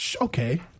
Okay